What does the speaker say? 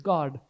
God